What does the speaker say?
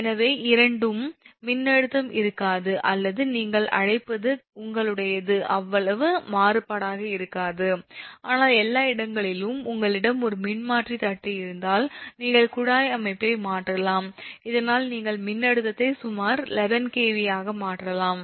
எனவே இரண்டும் மின்னழுத்தம் இருக்காது அல்லது நீங்கள் அழைப்பது உங்களுடையது அவ்வளவு மாறுபாடாக இருக்காது ஆனால் எல்லா இடங்களிலும் உங்களிடம் ஒரு மின்மாற்றி தட்டு இருந்தால் நீங்கள் குழாய் அமைப்பை மாற்றலாம் இதனால் நீங்கள் மின்னழுத்தத்தை சுமார் 11 𝑘𝑉 ஆகப் பெறலாம்